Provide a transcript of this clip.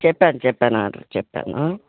చెప్పాను చెప్పాను ఆర్డర్ చెప్పాను